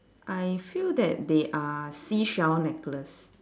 I feel that they are seashell necklace